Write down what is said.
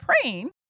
praying